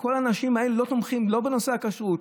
כל האנשים האלה לא תומכים לא בנושא הכשרות,